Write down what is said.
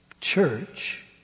church